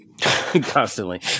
constantly